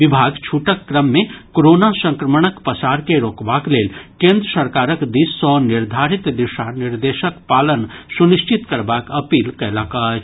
विभाग छूटक क्रम मे कोरोना संक्रमणक पसार के रोकबाक लेल केन्द्र सरकारक दिस सँ निर्धारित दिशा निर्देशक पालन सुनिश्चित करबाक अपील कयलक अछि